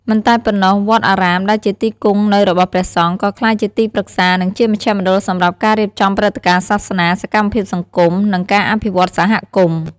មិនតែប៉ុណ្ណោះ វត្តអារាមដែលជាទីគង់នៅរបស់ព្រះសង្ឃ ក៏ក្លាយជាទីប្រឹក្សា និងជាមជ្ឈមណ្ឌលសម្រាប់ការរៀបចំព្រឹត្តិការណ៍សាសនា សកម្មភាពសង្គម និងការអភិវឌ្ឍសហគមន៍។